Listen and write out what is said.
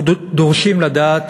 אנחנו דורשים לדעת